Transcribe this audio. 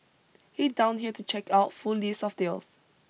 and now finally we're seeing that come back again